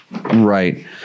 right